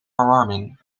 verwarming